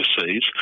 overseas